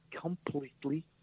completely